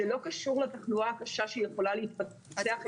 זה לא קשור לתחלואה הקשה שיכולה להתפתח.